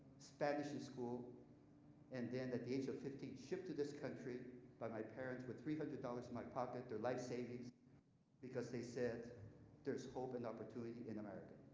spanish in school and then at the age of fifteen, shipped to this country by my parents with three hundred dollars in my pocket, their life savings because they said there's hope and opportunity in america.